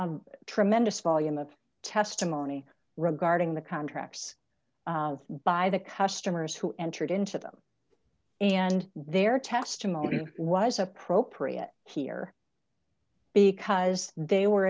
a tremendous volume of testimony regarding the contracts by the customers who entered into them and their testimony was appropriate here because they were